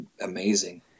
amazing